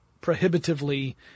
prohibitively